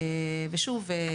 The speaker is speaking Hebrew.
ושוב,